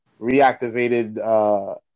reactivated